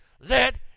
let